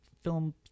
film